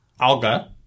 alga